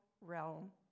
realm